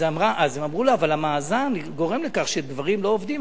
אז הם אמרו לה: אבל המאזן גורם לכך שגברים לא עובדים.